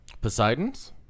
Poseidon's